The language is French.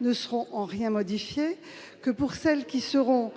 ne seront en rien modifiées. C'est faux ! Pour celles qui seront